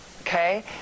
Okay